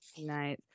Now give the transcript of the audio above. Nice